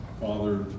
Father